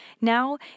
Now